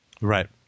Right